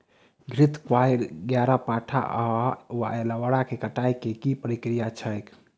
घृतक्वाइर, ग्यारपाठा वा एलोवेरा केँ कटाई केँ की प्रक्रिया छैक?